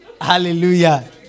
Hallelujah